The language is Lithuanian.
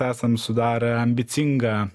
esam sudarę ambicingą